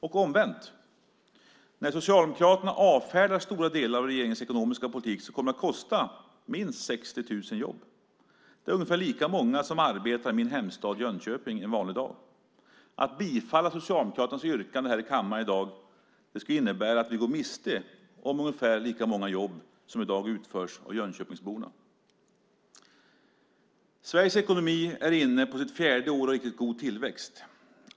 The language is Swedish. Och omvänt: När Socialdemokraterna avfärdar stora delar av regeringens ekonomiska politik kommer det att kosta minst 60 000 jobb. Det är ungefär lika många som arbetar i min hemstad Jönköping en vanlig dag. Att bifalla Socialdemokraternas yrkande här i kammaren i dag skulle innebära att vi går miste om ungefär lika många jobb som i dag utförs av Jönköpingsborna. Sveriges ekonomi är inne på sitt fjärde år av riktigt god tillväxt.